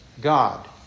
God